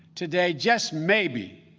today, just maybe,